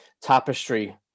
tapestry